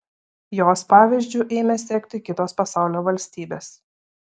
jos pavyzdžiu ėmė sekti kitos pasaulio valstybės